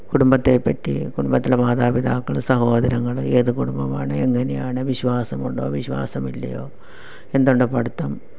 കുടുംബത്തെ പറ്റി കുടുംബത്തിലെ മാതാപിതാക്കൾ സഹോദരങ്ങൾ ഏത് കുടുംബമാണ് എങ്ങനെയാണ് വിശ്വാസം ഉണ്ടോ വിശ്വാസം ഇല്ലയോ എന്തുണ്ട് പഠിത്തം